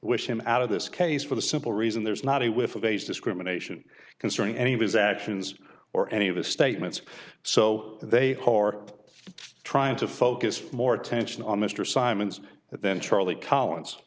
wish him out of this case for the simple reason there's not a whiff of age discrimination concerning any of his actions or any of his statements so they harp trying to focus more attention on mr simon's then charlie col